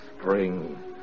spring